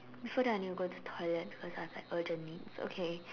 before that I need go to the toilet because I have like urgent needs okay